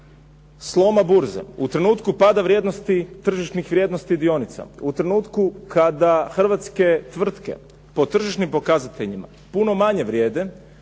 sloma burze, u trenutku pada tržišnih vrijednosti dionica, u trenutku kada hrvatske tvrtke po tržišnim pokazateljima puno manje vrijede